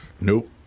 Nope